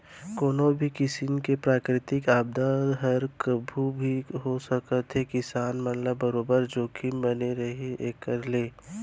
कोनो भी किसिम के प्राकृतिक आपदा हर कभू भी हो सकत हे किसान मन ल बरोबर जोखिम बने रहिथे एखर ले